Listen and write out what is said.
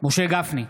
משה גפני,